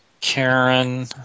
Karen